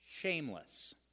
shameless